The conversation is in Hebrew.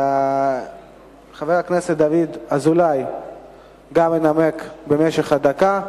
חבר הכנסת דוד אזולאי ינמק במשך דקה,